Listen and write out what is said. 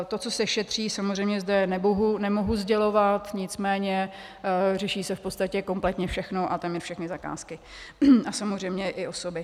To, co se šetří, samozřejmě zde nemohu sdělovat, nicméně řeší se v podstatě kompletně všechno a téměř všechny zakázky a samozřejmě i osoby.